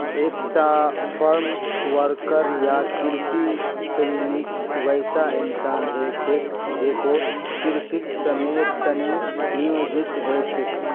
एकता farm worker या कृषि श्रमिक वैसा इंसान ह छेक जेको कृषित श्रमेर त न नियोजित ह छेक